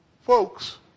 Folks